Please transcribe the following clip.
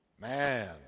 man